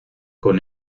con